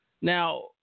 Now